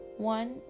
One